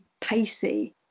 pacey